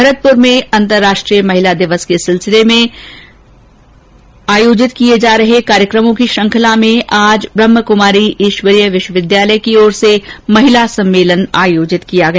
भरतपुर में अंतर्राष्ट्रीय महिला दिवस के सिलसिले में आयोजित किए जा रहे कार्यक्रमों की श्रृंखला में आज ब्रह्माकुमारी ईश्वरीय विश्वविद्यालय की ओर से महिला सम्मेलन का आयोजन किया गया